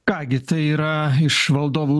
ką gi tai yra iš valdovų